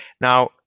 now